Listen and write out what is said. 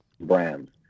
brands